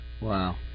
Wow